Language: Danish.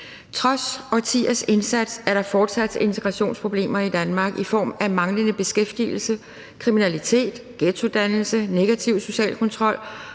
»Trods årtiers indsats er der fortsat integrationsproblemer i Danmark i form af manglende beskæftigelse, kriminalitet, ghettodannelse, negativ social kontrol